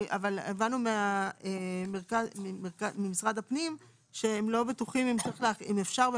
הבנו ממשרד הפנים שהם לא בטוחים אם אפשר,